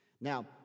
Now